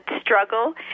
struggle